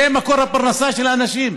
זה מקור הפרנסה של האנשים.